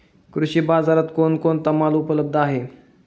कृषी बाजारात कोण कोणता माल उपलब्ध आहे?